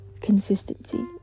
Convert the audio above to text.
consistency